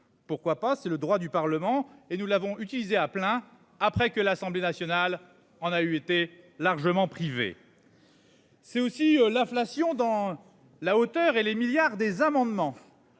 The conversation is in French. Pourquoi pas. C'est le droit du Parlement et nous l'avons utilisé à plein après que l'Assemblée nationale. On a eu été largement privée.-- C'est aussi l'inflation dans la hauteur et les milliards des amendements.--